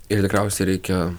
ir tikriausiai reikia